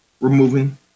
removing